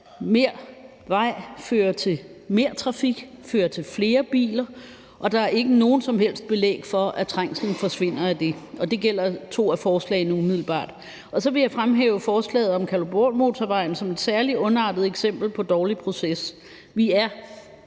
mere vej fører til mere trafik og fører til flere biler, og der er ikke noget som helst belæg for, at trængslen forsvinder af det. Og det gælder umiddelbart for to af forslagene. Så vil jeg fremhæve forslaget om Kalundborgmotorvejen som et særlig ondartet eksempel på dårlig proces.